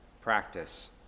practice